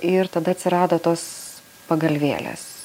ir tada atsirado tos pagalvėlės